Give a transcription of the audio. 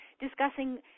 discussing